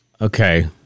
Okay